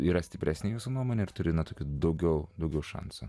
yra stipresnė jūsų nuomonė ar turime tokių daugiau daugiau šansų